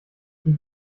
die